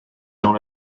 dans